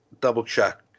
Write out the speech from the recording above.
double-check